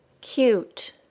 cute